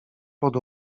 pod